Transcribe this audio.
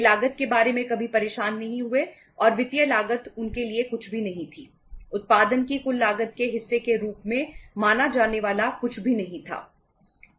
वे लागत के बारे में कभी परेशान नहीं हुए और वित्तीय लागत उनके लिए कुछ भी नहीं थी उत्पादन की कुल लागत के हिस्से के रूप में माना जाने वाला कुछ भी नहीं था